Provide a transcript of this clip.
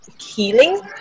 healing